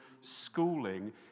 schooling